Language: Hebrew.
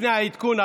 לפני העדכון,